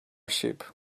sheep